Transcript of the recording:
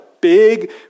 big